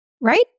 Right